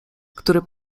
który